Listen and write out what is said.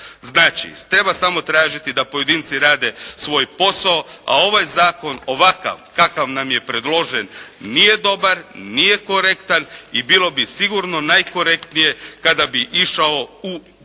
Znači, treba samo tražiti da pojedinci rade svoj posao, a ovaj zakon ovakav kakav nam je predložen nije dobar, nije korektan i bilo bi sigurno najkorektnije kada bi išao u znači